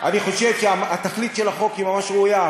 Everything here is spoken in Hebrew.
אני חושב שהתכלית של החוק היא ממש ראויה,